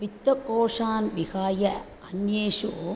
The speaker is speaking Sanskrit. वित्तकोशान् विहाय अन्येषु